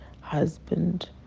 husband